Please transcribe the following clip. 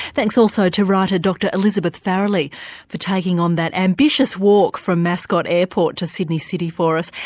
thanks also to writer dr elizabeth farrelly for taking on that ambitious walk from mascot airport to sydney city for us.